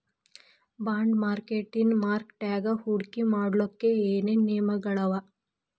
Bond ಮಾರ್ಕೆಟಿನ್ ಮಾರ್ಕಟ್ಯಾಗ ಹೂಡ್ಕಿ ಮಾಡ್ಲೊಕ್ಕೆ ಏನೇನ್ ನಿಯಮಗಳವ?